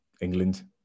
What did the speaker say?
England